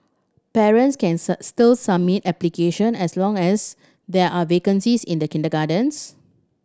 parents can still submit application as long as there are vacancies in the kindergartens